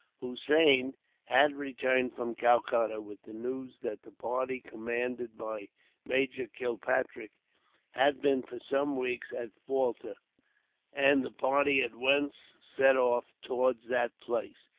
hossein had returned from calcutta, with the news that the party commanded by major kilpatrick had been, for some weeks, at falta and the party at once set off towards that place,